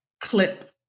clip